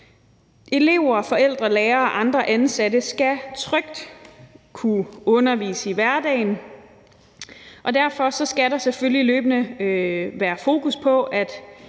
Elever og forældre, lærere og andre ansatte skal trygt kunne undervise i hverdagen, og derfor skal der selvfølgelig løbende være fokus på,